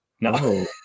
No